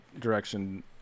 direction